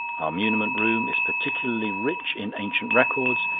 our muniment room is particularly rich in ancient records,